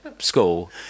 School